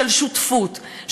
של שותפות,